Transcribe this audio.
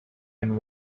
and